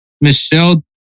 Michelle